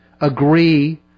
agree